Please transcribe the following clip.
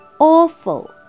Awful